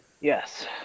yes